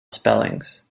spellings